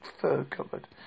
fur-covered